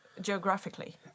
geographically